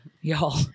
Y'all